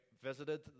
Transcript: visited